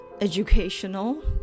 educational